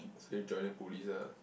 so you joining police ah